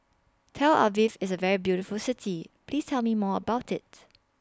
Tel Aviv IS A very beautiful City Please Tell Me More about IT